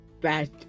bad